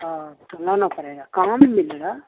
आ तो लाना पड़ेगा कहाँ पर मिलेगा